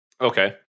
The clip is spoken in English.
Okay